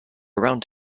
around